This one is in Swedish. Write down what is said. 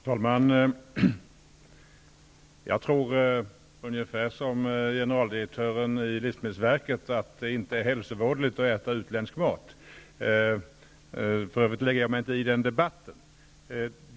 Fru talman! Jag tror ungefär som generaldirektören i livsmedelsverket att det inte är hälsovådligt att äta utländsk mat. För övrigt lägger jag mig inte i den debatten.